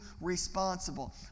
responsible